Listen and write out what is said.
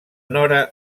nora